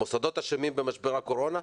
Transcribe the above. המוסדות אשמים במשבר הקורונה?